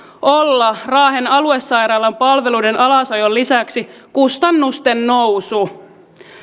olla raahen aluesairaalan palveluiden alasajon lisäksi kustannusten nousu